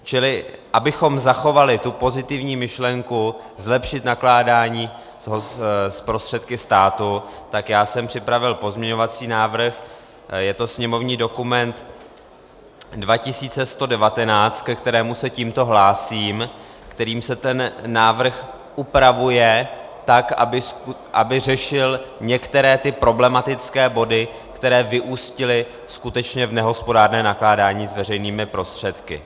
Čili abychom zachovali tu pozitivní myšlenku zlepšit nakládání s prostředky státu, tak jsem připravil pozměňovací návrh, je to sněmovní dokument 2119, ke kterému se tímto hlásím, kterým se ten návrh upravuje tak, aby řešil některé ty problematické body, které vyústily skutečně v nehospodárné nakládání s veřejnými prostředky.